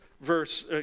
verse